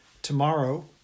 Tomorrow